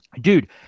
dude